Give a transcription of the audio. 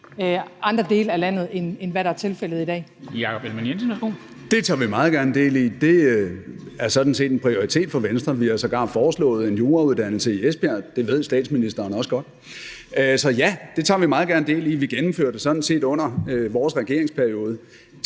Jakob Ellemann-Jensen (V): Det tager vi meget gerne del i. Det er sådan set en prioritet for Venstre. Vi har sågar foreslået en jurauddannelse i Esbjerg, det ved statsministeren også godt. Så ja, det tager vi meget gerne del i. Vi gennemførte sådan set under vores regeringsperiode